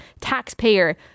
taxpayer